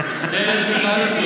לך.